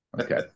Okay